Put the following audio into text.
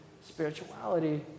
spirituality